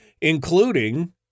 including